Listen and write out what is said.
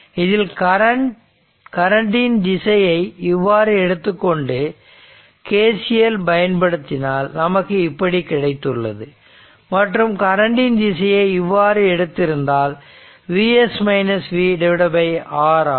இதில் கரண்ட் ன் திசையை இவ்வாறு எடுத்துக்கொண்டு KCL பயன்படுத்தியதால் நமக்கு இப்படி கிடைத்துள்ளது மற்றும் கரண்ட் ன் திசையை இவ்வாறு எடுத்திருந்தால் V s V R ஆகும்